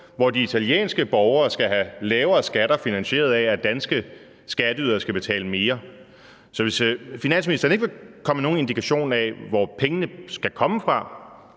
hvor de italienske borgere skal have lavere skatter finansieret af, at danske skatteydere skal betale mere. Så hvis finansministeren ikke vil komme med nogen indikation af, hvor pengene skal komme fra